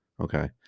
Okay